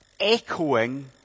echoing